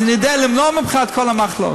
אז אני יודע למנוע ממך את כל המחלות.